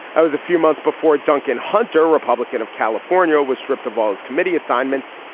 i was a few months before duncan hunter republican of california was stripped of all his committee assignments.